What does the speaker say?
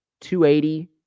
.280